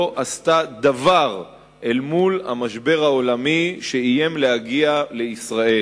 לא עשתה דבר אל מול המשבר העולמי שאיים להגיע לישראל.